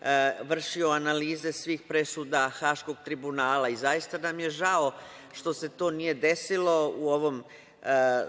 koji bi vršio analize svih presuda Haškog tribunala i zaista nam je žao što se to nije desilo u ovom